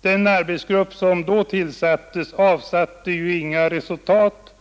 Den arbetsgrupp som då tillsattes framlade påtagligt inga resultat.